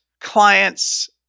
clients